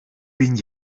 bin